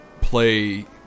play